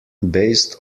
based